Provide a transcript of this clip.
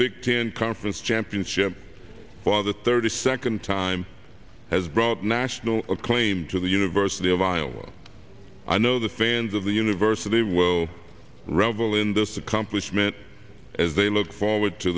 big ten conference championship for the thirty second time has brought national acclaim to the university of iowa i know the fans of the university whirl revel in this accomplishment as they look forward to